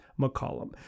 McCollum